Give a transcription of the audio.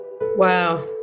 Wow